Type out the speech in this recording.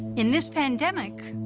in this pandemic,